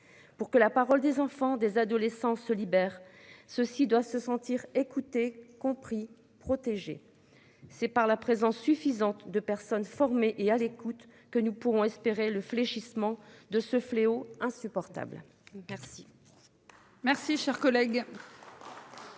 Pour que la parole des enfants, des adolescents se libèrent ceux-ci doivent se sentir écouté compris protéger c'est par la présence suffisante de personnes formées et à l'écoute que nous pourrons espérer le fléchissement de ce fléau insupportable. Merci.